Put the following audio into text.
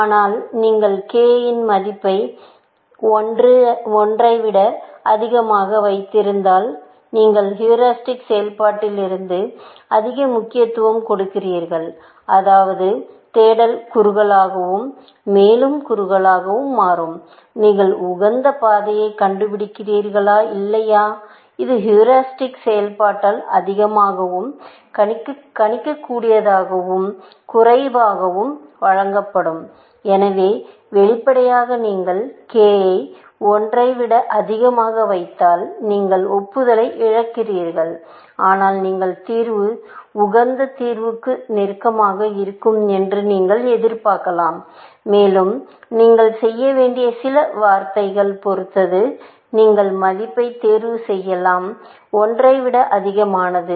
ஆனால் நீங்கள் k இன் மதிப்பை 1 ஐ விட அதிகமாக வைத்திருந்தால் நீங்கள் ஹீரிஸ்டிக் செயல்பாட்டிற்கு அதிக முக்கியத்துவம் கொடுக்கிறீர்கள் அதாவது தேடல் குறுகலாகவும் மேலும் குறுகலாகவும் மாறும் நீங்கள் உகந்த பாதைகளைக் கண்டுபிடிக்கிறீர்களா இல்லையா இது ஹீரிஸ்டிக் செயல்பாட்டால் அதிகமாகவும் கண்காணிக்கும் போக்கால் குறைவாகவும் வழங்கப்படும் எனவே வெளிப்படையாக நீங்கள் k ஐ 1 ஐ விட அதிகமாக வைத்தால் நீங்கள் ஒப்புதலை இழக்கிறீர்கள் ஆனால் உங்கள் தீர்வு உகந்த தீர்வுக்கு நெருக்கமாக இருக்கும் என்று நீங்கள் எதிர்பார்க்கலாம் மேலும் நீங்கள் செய்ய வேண்டிய சில வர்த்தகத்தைப் பொறுத்து நீங்கள் மதிப்பைத் தேர்வு செய்யலாம் 1 ஐ விட அதிகமானது